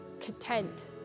content